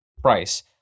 price